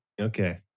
Okay